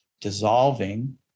dissolving